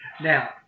now